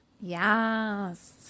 Yes